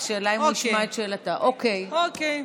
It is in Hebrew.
אוקיי, אוקיי.